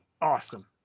Awesome